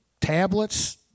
Tablets